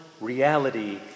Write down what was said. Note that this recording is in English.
reality